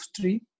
three